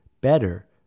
Better